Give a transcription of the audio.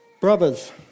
Brothers